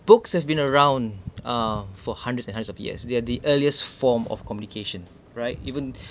books has been around uh for hundreds and hundreds of years they are the earliest form of communication right even